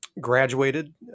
graduated